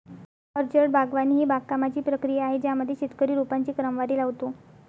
orchard बागवानी ही बागकामाची प्रक्रिया आहे ज्यामध्ये शेतकरी रोपांची क्रमवारी लावतो